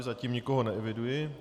Zatím nikoho neeviduji.